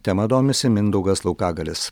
tema domisi mindaugas laukagalis